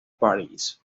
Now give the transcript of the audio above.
parís